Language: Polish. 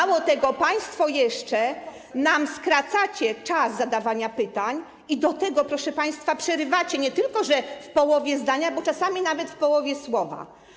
Mało tego, państwo jeszcze nam skracacie czas zadawania pytań i do tego, proszę państwa, przerywacie nie tylko w połowie zdania, lecz również czasami nawet w połowie słowa.